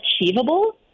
achievable